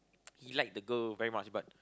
he like the girl very much but